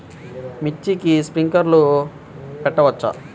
మిర్చికి స్ప్రింక్లర్లు పెట్టవచ్చా?